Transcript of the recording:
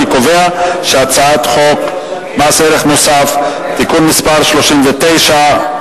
אני קובע שהצעת חוק מס ערך מוסף (תיקון מס' 39),